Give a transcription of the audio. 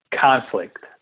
conflict